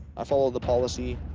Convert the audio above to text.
i follow the policy,